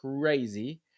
crazy